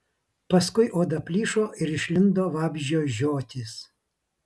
paskui oda plyšo ir išlindo vabzdžio žiotys